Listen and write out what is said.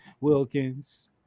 wilkins